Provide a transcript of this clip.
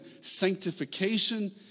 sanctification